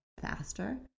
faster